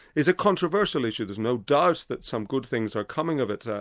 is a controversial issue, there's no doubt that some good things are coming of it,